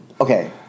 okay